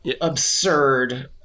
absurd